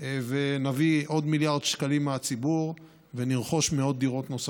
ונביא עוד מיליארד שקלים מהציבור ונרכוש מאות דירות נוספות,